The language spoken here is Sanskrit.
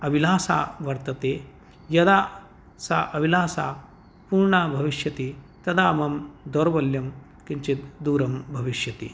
अभिलाषा वर्तते यदा सा अभिलाषा पूर्णा भविष्यति तदा मम दौर्बल्यं किञ्चित् दूरं भविष्यति